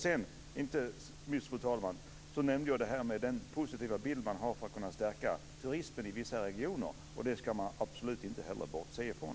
Sedan, fru talman, nämnde jag den positiva bild man har när det gäller att kunna stärka turismen i vissa regioner. Det skall man absolut inte heller bortse från.